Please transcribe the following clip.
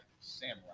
samurai